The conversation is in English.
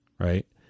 right